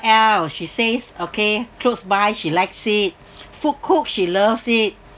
!ow! she says okay close by she likes it food cooked she loves it